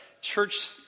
church